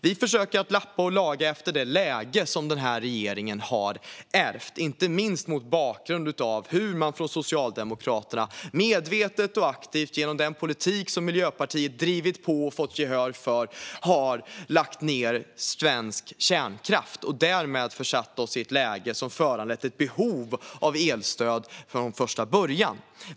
Vi försöker lappa och laga utifrån det läge som den här regeringen har ärvt - inte minst genom att Socialdemokraterna, medvetet och aktivt genom den politik som Miljöpartiet drivit på och fått gehör för, har lagt ned svensk kärnkraft och därmed försatt oss i ett läge som föranlett ett behov av elstöd från första början.